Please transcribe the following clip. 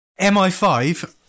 MI5